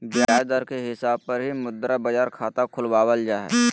ब्याज दर के हिसाब पर ही मुद्रा बाजार खाता खुलवावल जा हय